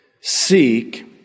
seek